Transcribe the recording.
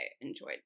enjoyed